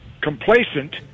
complacent